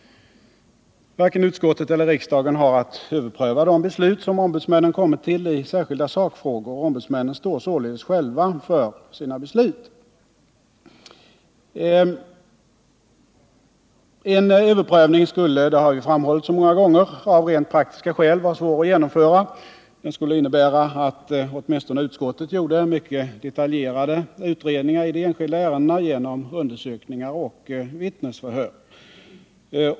Varken utskottet eller riksdagen har att överpröva de beslut som ombudsmännen kommit fram till i särskilda sakfrågor. Ombudsmännen står således själva för sina beslut. En överprövning skulle, vilket har framhållits många gånger, av rent praktiska skäl vara svår att genomföra. Den skulle innebära att utskottet gjorde mycket detaljerade utredningar i de enskilda ärendena genom undersökningar och vittnesförhör.